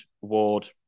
ward